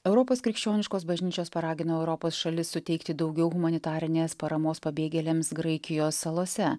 europos krikščioniškos bažnyčios paragino europos šalis suteikti daugiau humanitarinės paramos pabėgėliams graikijos salose